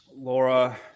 Laura